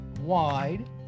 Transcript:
wide